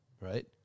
right